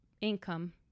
income